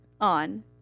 on